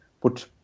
put